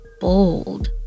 bold